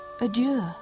adieu